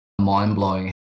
mind-blowing